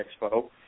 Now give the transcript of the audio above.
Expo